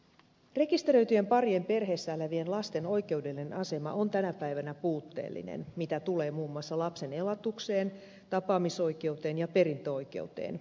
rekisteröityjen parien perheessä elävien lasten oikeudellinen asema on tänä päivänä puutteellinen mitä tulee muun muassa lapsen elatukseen tapaamisoikeuteen ja perintöoikeuteen